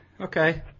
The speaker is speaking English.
Okay